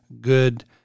good